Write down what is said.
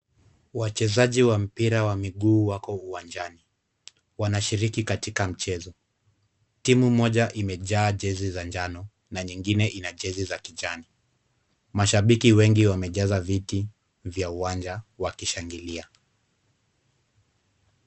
Wachezaji wa mpira wa miguu wako uwanjani wanashiriki katika mchezo timu moja imejaa jezi za njano na nyingine ina jezi za kijani, mashabiki wengi wamejaza viti vya uwanja wakishangilia.